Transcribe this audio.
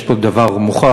יש פה דבר מוכח,